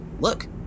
look